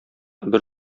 бер